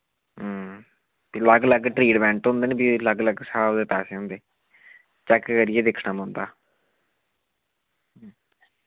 लग्ग लग्ग ट्रीटमैंट होंदे नी फ्ही लग्ग लग्ग स्हाब दे पैसे होंदे चैक करियै दिक्खना पौंदा